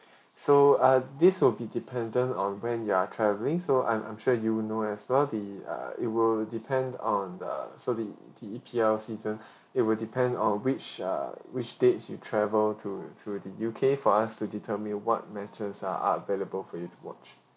so uh this will be dependent on when you're traveling so I'm I'm sure you would know as well the uh it will depend on the so the the E_P_L season it will depend on which err which dates you travel to to the U_K for us to determine what matches uh are available for you to watch